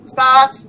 Start